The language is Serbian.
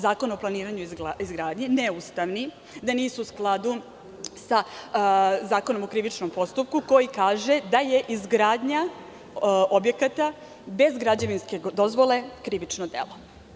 Zakona o planiranju i izgradnji neustavni, da nisu u skladu sa Zakonom o krivičnom postupku koji kažeda je izgradnja objekata bez građevinske dozvole krivično delo.